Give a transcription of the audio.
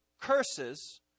curses